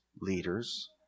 leaders